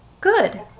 good